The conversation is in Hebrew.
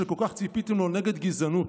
שכל כך ציפיתם לו נגד גזענות,